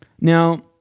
Now